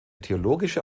theologische